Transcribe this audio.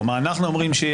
או מה אנחנו אומרים שיהיה.